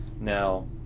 Now